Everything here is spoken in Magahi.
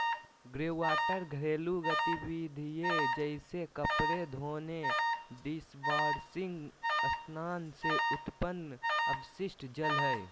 ग्रेवाटर घरेलू गतिविधिय जैसे कपड़े धोने, डिशवाशिंग स्नान से उत्पन्न अपशिष्ट जल हइ